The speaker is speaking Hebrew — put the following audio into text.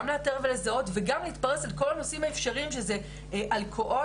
לאתר ולזהות וגם להתפרס על כל הנושאים האפשריים שאלו אלכוהול,